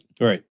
right